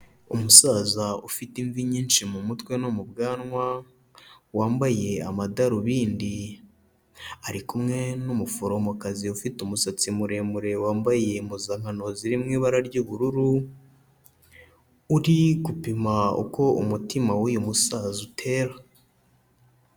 Umusaza ufite imvi nyinshi mu mutwe no mu bwanwa, wambaye amadarubindi. Ari kumwe n'umuforomokazi ufite umusatsi muremure wambaye impuzankano ziri mu ibara ry'ubururu, uri gupima uko umutima w'uyu musaza utera.